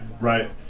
Right